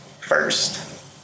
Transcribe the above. first